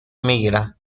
میگیرم